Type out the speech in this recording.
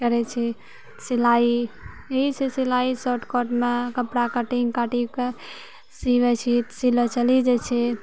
करै छी सिलाइ यहि सभ सिलाइ शॉर्ट कटमे कपड़ा काटि काटिके सीबै छी सिलै चलि जाइ छी